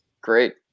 Great